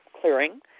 clearing